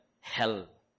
hell